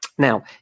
Now